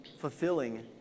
fulfilling